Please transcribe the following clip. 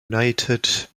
united